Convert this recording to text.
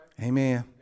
Amen